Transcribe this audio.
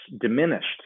diminished